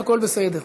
הכול בסדר.